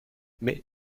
mais